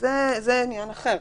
תלונות זה כבר עניין אחר.